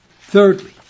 Thirdly